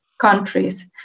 countries